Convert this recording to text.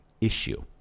issue